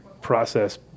process